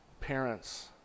parents